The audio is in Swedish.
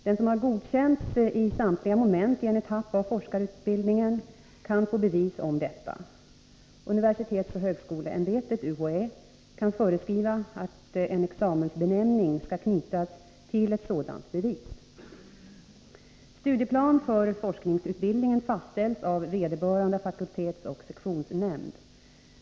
Den som har godkänts i samtliga moment i en etapp av forskarutbildningen kan få bevis på detta. Universitetsoch högskoleämbetet kan föreskriva att en examensbenämning skall knytas till ett sådant bevis. Studieplan för forskarutbildningen fastställs av vederbörande fakultetseller sektionsnämnd.